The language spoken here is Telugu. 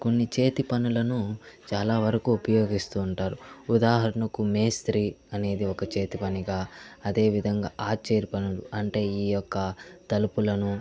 కొన్ని చేతి పనులను చాలా వరకూ ఉపయోగిస్తుంటారు ఉదాహరణకు మేస్త్రి అనేది ఒక చేతి పనిగా అదేవిధంగా ఆచారి పనులు అంటే ఈ యొక్క తలుపులను